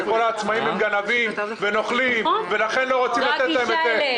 שכאילו כל העצמאים הם גנבים ונוכלים ולכן לא רוצים לתת להם את זה.